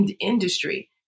industry